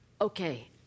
Okay